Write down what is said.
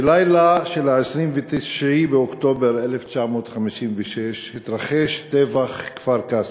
בלילה של ה-29 באוקטובר 1956 התרחש טבח כפר-קאסם,